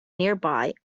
nearby